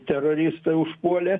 teroristai užpuolė